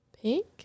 Pink